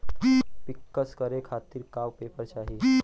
पिक्कस करे खातिर का का पेपर चाही?